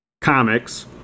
comics